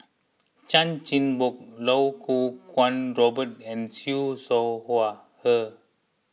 Chan Chin Bock Iau Kuo Kwong Robert and Siew Shaw Her